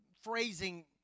phrasing